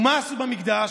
ומה עשו במקדש?